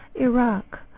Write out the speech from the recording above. Iraq